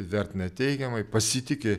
vertina teigiamai pasitiki